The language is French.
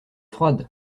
froide